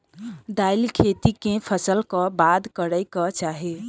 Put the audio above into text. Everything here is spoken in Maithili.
दालि खेती केँ फसल कऽ बाद करै कऽ चाहि?